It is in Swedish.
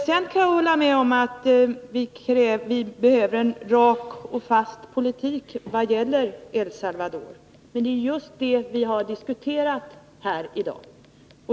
Jag kan hålla med om att vi behöver en rak och fast politik vad gäller El Salvador. Det är ju just detta vi har diskuterat här i dag.